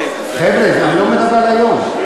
חבר'ה, אני לא מדבר על היום.